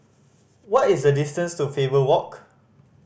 what is the distance to Faber Walk